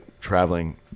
traveling